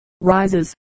rises